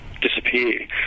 disappear